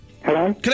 Hello